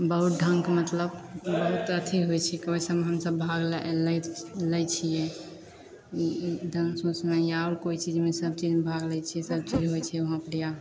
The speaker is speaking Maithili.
बहुत ढङ्गके मतलब बहुत अथी होइ छिकय ओइ सभमे हम सभ भाग ले लै लै छियै डान्स उन्समे या आओर कोइ चीजमे सभ चीजमे भाग लै छियै सभ चीज होइ छै वहाँ बढ़िआँ